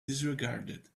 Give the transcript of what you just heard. disregarded